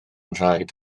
nhraed